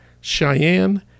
Cheyenne